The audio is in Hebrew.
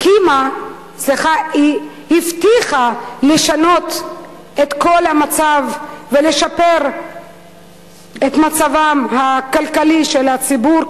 היא הבטיחה לשנות את כל המצב ולשפר את מצבו הכלכלי של הציבור.